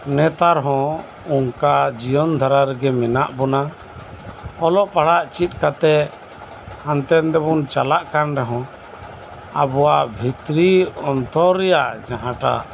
ᱱᱮᱛᱟᱨ ᱦᱚᱸ ᱚᱱᱠᱟ ᱡᱤᱭᱚᱱ ᱫᱷᱟᱨᱟ ᱨᱮᱜᱮ ᱢᱮᱱᱟᱜ ᱵᱚᱱᱟ ᱚᱞᱚᱜ ᱯᱟᱲᱦᱟᱜ ᱪᱮᱫ ᱠᱟᱛᱮ ᱦᱟᱱᱛᱮ ᱱᱟᱛᱮ ᱵᱚᱱ ᱪᱟᱞᱟᱜ ᱠᱟᱱ ᱨᱮᱦᱚᱸ ᱟᱵᱚᱭᱟᱜ ᱵᱷᱤᱛᱨᱤ ᱚᱱᱛᱚᱨ ᱨᱮᱱᱟᱜ ᱡᱟᱦᱟᱴᱟᱜ